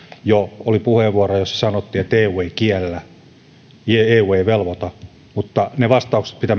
jo oli puheenvuoro jossa sanottiin että eu ei kiellä ja eu ei velvoita mutta ne vastaukset mitä